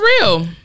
real